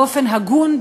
באופן הגון,